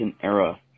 era